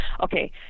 okay